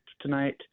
tonight